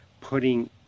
putting